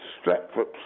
Stratford